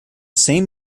same